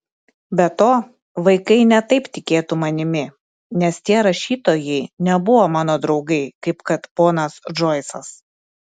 be to vaikai ne taip tikėtų manimi nes tie rašytojai nebuvo mano draugai kaip kad ponas džoisas